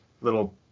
little